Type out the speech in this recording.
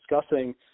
discussing